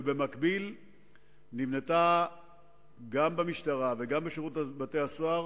ובמקביל נבנתה גם במשטרה וגם בשירות בתי-הסוהר